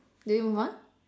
do we move on